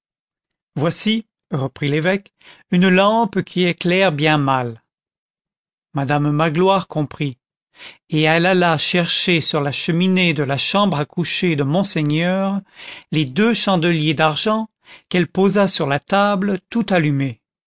voici reprit l'évêque une lampe qui éclaire bien mal madame magloire comprit et elle alla chercher sur la cheminée de la chambre à coucher de monseigneur les deux chandeliers d'argent qu'elle posa sur la table tout allumés